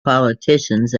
politicians